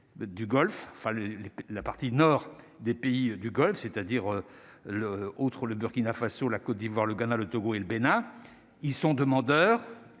du Golfe enfin le la partie nord des pays du Golfe, c'est-à-dire l'autre, le Burkina Faso, la Côte d'Ivoire, le Ghana, le Togo et le Bénin, ils sont demandeurs